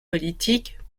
politiques